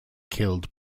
killed